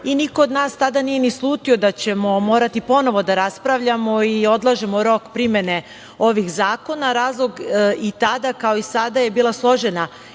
i niko od nas tada nije ni slutio da ćemo morati ponovo da raspravljamo i odlažemo rok primene ovih zakona. Razlog i tada, kao i sada, je bila složena